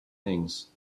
things